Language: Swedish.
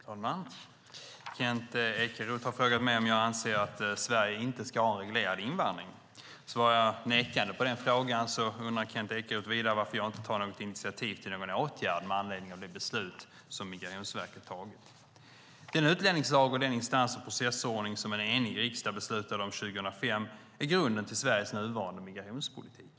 Fru talman! Kent Ekeroth har frågat mig om jag anser att Sverige inte ska ha en reglerad invandring. Svarar jag nekande på den frågan undrar Kent Ekeroth vidare varför jag inte tar något initiativ till någon åtgärd med anledning av det beslut som Migrationsverket tagit. Den utlänningslag och den instans och processordning som en enig riksdag beslutade om 2005 är grunden till Sveriges nuvarande migrationspolitik.